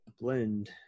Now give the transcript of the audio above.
blend